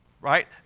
right